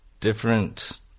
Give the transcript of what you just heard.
Different